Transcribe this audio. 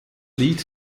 lied